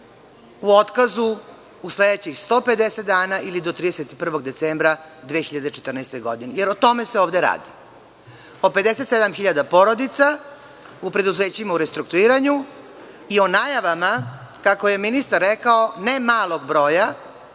u otkazu u sledećih 150 dana ili do 31. decembra 2014. godine, jer o tome se ovde radi, o 57.000 porodica u preduzećima u restrukturiranju i o najavama, kako je ministar rekao, ne malog broja,